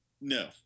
No